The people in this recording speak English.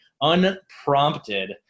Unprompted